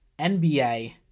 nba